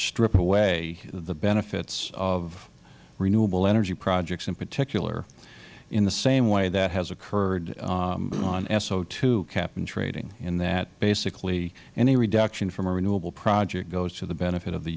strip away the benefits of renewable energy projects in particular in the same way that has occurred on so cap and trading in that basically any reduction from a renewable project goes to the benefit of the